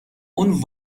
اون